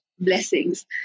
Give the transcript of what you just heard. blessings